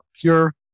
pure